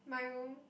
my